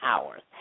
hours